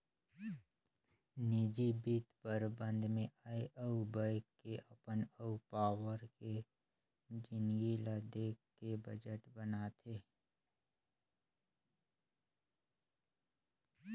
निजी बित्त परबंध मे आय अउ ब्यय के अपन अउ पावार के जिनगी ल देख के बजट बनाथे